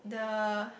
the